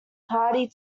party